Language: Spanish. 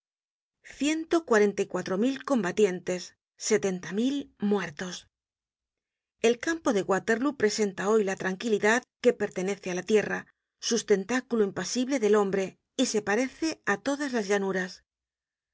ciento cuarenta y cuatro mil combatientes setenta mil muertos el campo de waterlóo presenta hoy la tranquilidad que pertenece á la tierra sustentáculo impasible del hombre y se parece á todas las llanuras